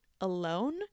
alone